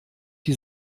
die